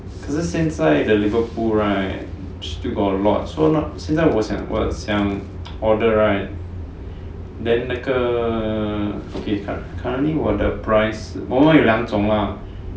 可是现在 the Liverpool right still got a lot so now 现在我想我想 order right then 那个 okay current currently the price 我们有两种 lah